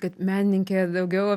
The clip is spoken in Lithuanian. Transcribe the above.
kad menininkė daugiau